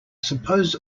suppose